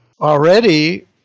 already